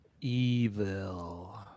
Evil